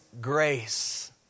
grace